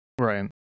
Right